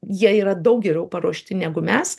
jie yra daug geriau paruošti negu mes